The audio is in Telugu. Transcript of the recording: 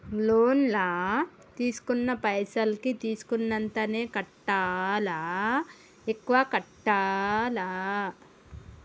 లోన్ లా తీస్కున్న పైసల్ కి తీస్కున్నంతనే కట్టాలా? ఎక్కువ కట్టాలా?